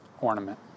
ornament